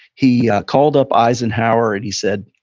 he called up eisenhower and he said,